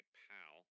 pal